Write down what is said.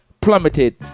Plummeted